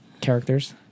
Characters